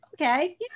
okay